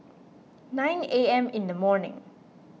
nine A M in the morning